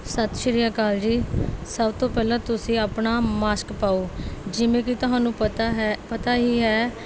ਸਤਿ ਸ਼੍ਰੀ ਅਕਾਲ ਜੀ ਸਭ ਤੋਂ ਪਹਿਲਾਂ ਤੁਸੀਂ ਆਪਣਾ ਮਾਸਕ ਪਾਓ ਜਿਵੇਂ ਕਿ ਤੁਹਾਨੂੰ ਪਤਾ ਹੈ ਪਤਾ ਹੀ ਹੈ